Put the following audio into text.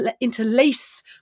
interlace